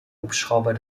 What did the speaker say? hubschrauber